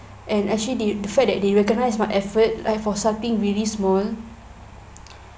and actually they the fact that they recognise my effort like for something really small